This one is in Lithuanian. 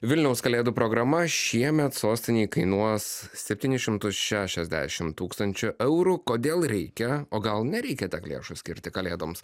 vilniaus kalėdų programa šiemet sostinei kainuos septynis šimtus šešiasdešim tūkstančių eurų kodėl reikia o gal nereikia tiek lėšų skirti kalėdoms